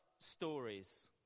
stories